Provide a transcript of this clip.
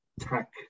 tech